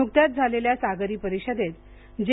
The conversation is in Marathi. नुकत्याच झालेल्या सागरी परिषदेत जे